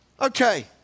Okay